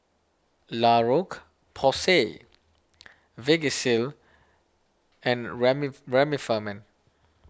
La Roche Porsay Vagisil and Remifemin